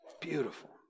Beautiful